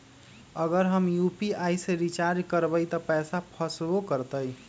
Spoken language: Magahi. अगर हम यू.पी.आई से रिचार्ज करबै त पैसा फसबो करतई?